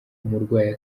umurwayi